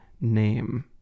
name